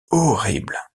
horrible